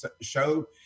show